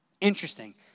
Interesting